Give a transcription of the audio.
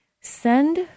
Send